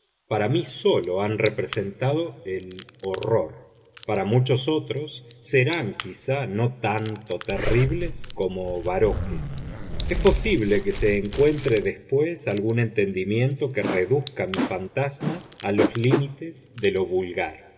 para mí sólo han representado el horror para muchos otros serán quizá no tanto terribles como baroques es posible que se encuentre después algún entendimiento que reduzca mi fantasma a los límites de lo vulgar